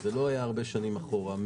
זה לא היה הרבה שנים אחורה,